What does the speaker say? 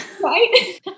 right